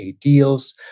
deals